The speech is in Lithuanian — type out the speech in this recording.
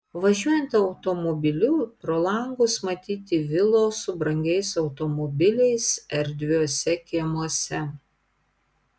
važiuojant automobiliu pro langus matyti vilos su brangiais automobiliais erdviuose kiemuose